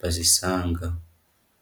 bazisanga.